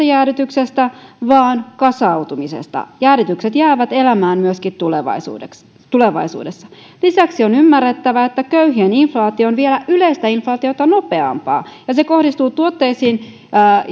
jäädytyksestä vaan kasautumisesta jäädytykset jäävät elämään myöskin tulevaisuudessa lisäksi on ymmärrettävä että köyhien inflaatio on vielä yleistä inflaatiota nopeampaa se kohdistuu tuotteisiin